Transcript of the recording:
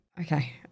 Okay